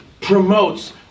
promotes